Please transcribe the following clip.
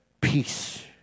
peace